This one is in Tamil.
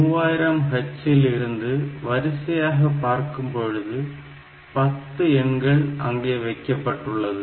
3000 h இல் இருந்து வரிசையாக பார்க்கும் பொழுது 10 எண்கள் அங்கே வைக்கப்பட்டுள்ளது